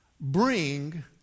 Bring